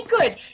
good